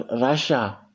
Russia